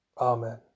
Amen